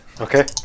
Okay